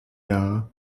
jahre